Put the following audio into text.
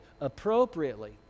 appropriately